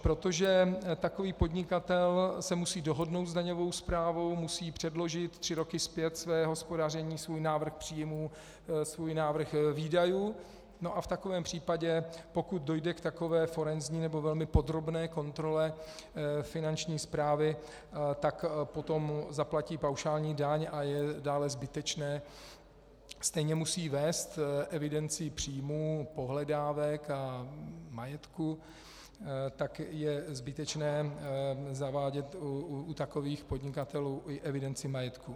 Protože takový podnikatel se musí dohodnout s daňovou správou, musí předložit tři roky zpět své hospodaření, svůj návrh příjmů, svůj návrh výdajů, a v takovém případě pokud dojde k takové forenzní nebo velmi podrobné kontrole Finanční správy, tak potom zaplatí paušální daň a je dále zbytečné, stejně musí vést evidenci příjmů, pohledávek a majetku, tak je zbytečné zavádět u takových podnikatelů i evidenci majetku.